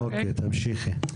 אוקיי, תמשיכי.